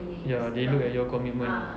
ya they look at your commitment ah